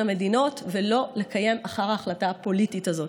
המדינות ולא לקיים את ההחלטה הפוליטית הזאת.